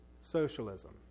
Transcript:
socialism